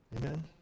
Amen